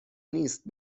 نیست